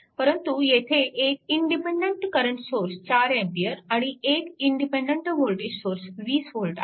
परंतु येथे एक इंडिपेन्डन्ट करंट सोर्स 4A आणि एक इंडिपेन्डन्ट वोल्टेज सोर्स 20V आहे